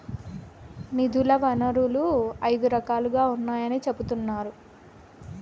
నిధుల వనరులు ఐదు రకాలుగా ఉన్నాయని చెబుతున్నారు